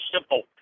simple